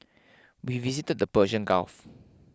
we visited the Persian Gulf